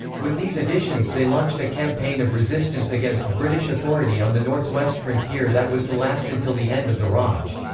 with these additions they launched a campaign of resistance against british authority on the north-west frontier that was to last until the end of the raj.